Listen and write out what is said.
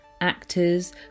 actors